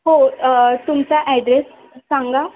हो तुमचा ॲड्रेस सांगा